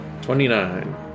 Twenty-nine